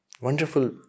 wonderful